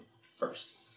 first